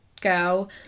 girl